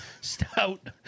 stout